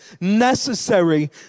necessary